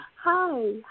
Hi